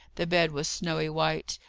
the bed was snowy white,